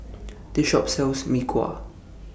This Shop sells Mee Kuah